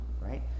right